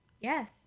Yes